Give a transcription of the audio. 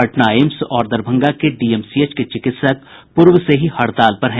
Patna AIIMS और दरभंगा के DMCH के चिकित्सक पूर्व से ही हड़ताल पर हैं